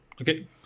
Okay